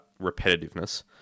repetitiveness